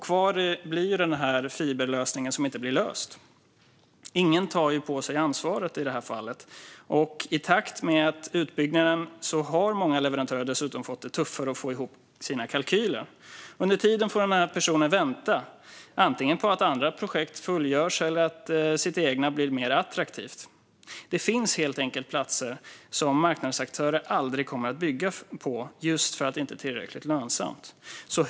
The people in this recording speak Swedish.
Kvar blir den här fiberlösningen som inte blir löst. Ingen tar på sig ansvaret i det här fallet. I takt med utbyggnaden har många leverantörer dessutom fått det tuffare att få ihop sina kalkyler. Under tiden får den här personen vänta, antingen på att andra projekt fullgörs eller på att det egna blir mer attraktivt. Det finns helt enkelt platser som marknadens aktörer aldrig kommer att bygga på, just för att det inte är tillräckligt lönsamt.